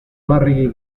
larregi